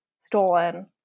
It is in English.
stolen